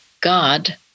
God